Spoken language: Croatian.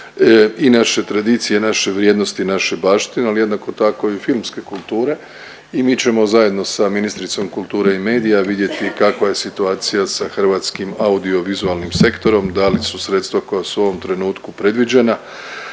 i naše tradicije, naše vrijednosti, naše baštine, ali jednako tako i filmske kulture i mi ćemo zajedno sa ministricom kulture i medija vidjeti kakva je situacija sa hrvatskim audiovizualnim sektorom, da li su sredstva koja su u ovom trenutku predviđena